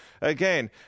again